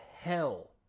hell